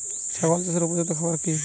ছাগল চাষের উপযুক্ত খাবার কি কি?